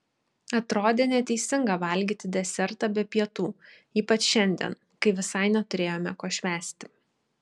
atrodė neteisinga valgyti desertą be pietų ypač šiandien kai visai neturėjome ko švęsti